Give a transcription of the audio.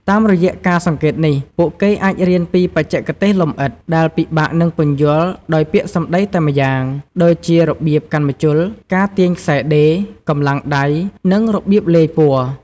តាមរយៈការសង្កេតនេះ ពួកគេអាចរៀនពីបច្ចេកទេសលម្អិត ដែលពិបាកនឹងពន្យល់ដោយពាក្យសម្ដីតែម្យ៉ាង ដូចជារបៀបកាន់ម្ជុល ការទាញខ្សែដេរ កម្លាំងដៃ និងរបៀបលាយពណ៌។